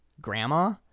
grandma